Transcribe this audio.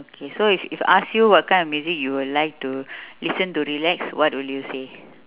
okay so if if ask you what kind of music you will like to listen to relax what will you say